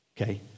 okay